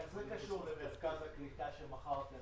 איך זה קשור למרכז הקליטה שמכרתם